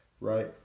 right